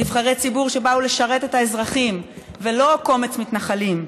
נבחרי ציבור שבאו לשרת את האזרחים ולא קומץ מתנחלים,